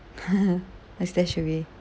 then stash away